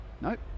Nope